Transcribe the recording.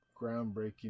groundbreaking